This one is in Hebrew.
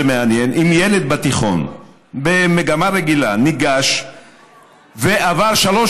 זה מעניין: אם ילד בתיכון במגמה רגילה ניגש ועבר שלוש